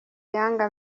yanga